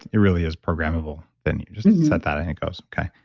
it really is programmable, then you just said that and it goes, okay.